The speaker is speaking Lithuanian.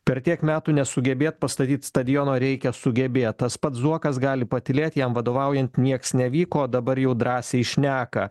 per tiek metų nesugebėt pastatyt stadiono reikia sugebėt tas pats zuokas gali patylėt jam vadovaujant nieks nevyko o dabar jau drąsiai šneka